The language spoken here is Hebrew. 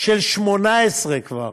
של 2018, כבר